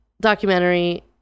documentary